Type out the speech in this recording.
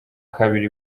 kabiri